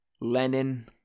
Lenin